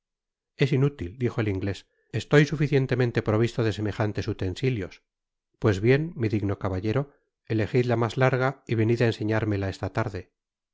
es inútil dijo el inglés estoy suficientemente provisto de semejantes utensilios pues bien mi digno caballero elegid la mas larga y venid á enseñármeta esta tarde